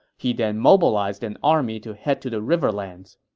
he then mobilized an army to head to the riverlands.